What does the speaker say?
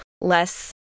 less